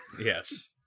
Yes